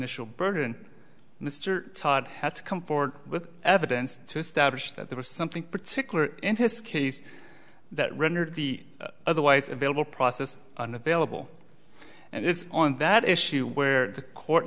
l burden mr todd had to come forward with evidence to establish that there was something particular interest case that rendered the otherwise available process unavailable and it's on that issue where the court